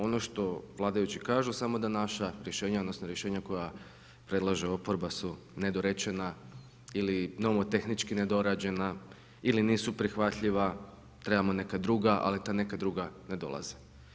Ono što vladajući kažu samo da naša rješenja odnosno rješenja koja predlaže oporba su nedorečena ili novotehnički nedorađena ili nisu prihvatljiva, trebamo neka druga ali ta neka druga ne dolaze.